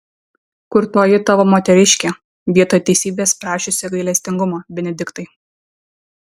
kur toji tavo moteriškė vietoj teisybės prašiusi gailestingumo benediktai